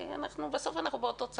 כי בסוף אנחנו באותו צד.